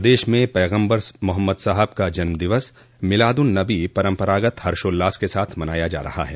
प्रदेश में पैगम्बर मोहम्मद साहब का जन्मदिवस मिलाद उन नबी आज परम्रागत हर्षोल्लास के साथ मनाया जा रहा है